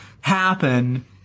happen